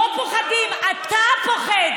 לא פוחדים, אתה פוחד.